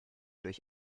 durch